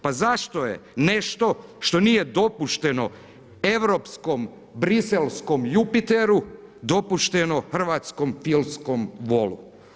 Pa zašto je nešto, što nije dopuštene europskom briselskom Jupiteru, dopušteno hrvatskom filmskom volu.